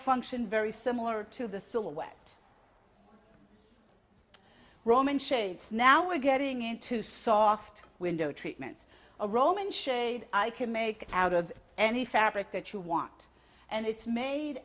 function very similar to the silhouette roman shades now we're getting into soft window treatments a roman shade i can make out of any fabric that you want and it's made